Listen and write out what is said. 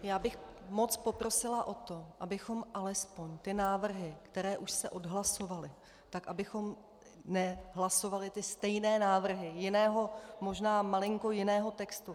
Já bych moc poprosila o to, abychom alespoň ty návrhy, které už se odhlasovaly, tak abychom nehlasovali ty stejné návrhy jiného, možná malinko jiného textu.